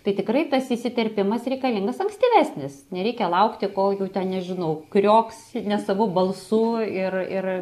tai tikrai tas įsiterpimas reikalingas ankstyvesnis nereikia laukti kol jau ten nežinau krioks nesavu balsu ir ir